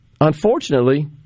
unfortunately